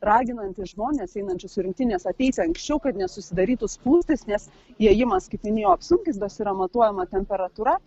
raginantį žmones einančius į rungtynes ateiti anksčiau kad nesusidarytų spūstys nes įėjimas kaip minėjau apsukęs yra matuojama temperatūra